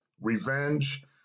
revenge